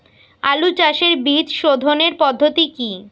আলু চাষের বীজ সোধনের পদ্ধতি কি?